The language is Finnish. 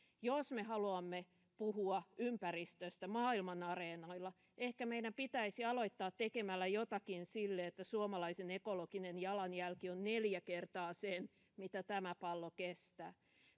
jos me haluamme puhua ympäristöstä maailman aree noilla ehkä meidän pitäisi aloittaa tekemällä jotakin sille että suomalaisen ekologinen jalanjälki on neljä kertaa sen mitä tämä pallo kestää